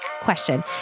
Question